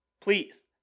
Please